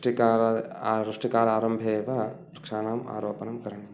वृष्टिकालारम्भे वा वृक्षाणाम् आरोपणं करणीयम्